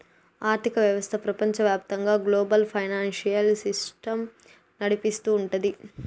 ఆర్థిక వ్యవస్థ ప్రపంచవ్యాప్తంగా గ్లోబల్ ఫైనాన్సియల్ సిస్టమ్ నడిపిస్తూ ఉంటది